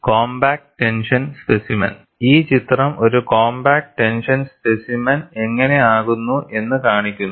compact tension specimen ഈ ചിത്രം ഒരു കോംപാക്റ്റ് ടെൻഷൻ സ്പെസിമെൻ എങ്ങനെ ആകുന്നു എന്ന് കാണിക്കുന്നു